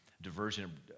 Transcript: diversion